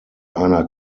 einer